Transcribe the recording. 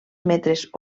metres